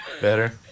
Better